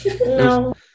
No